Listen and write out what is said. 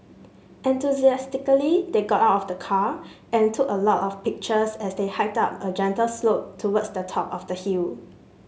they got out of the car and took a lot of pictures as they hiked up a gentle slope towards the top of the hill